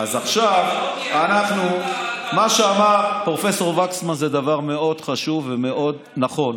מה שאמר פרופ' וקסמן זה דבר מאוד חשוב ומאוד נכון.